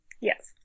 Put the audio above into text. Yes